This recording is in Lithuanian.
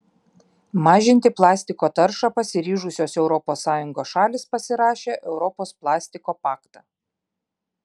mažinti plastiko taršą pasiryžusios europos sąjungos šalys pasirašė europos plastiko paktą